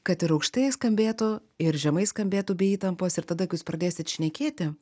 kad ir aukštai skambėtų ir žemai skambėtų be įtampos ir tada kai jūs pradėsit šnekėti